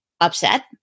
upset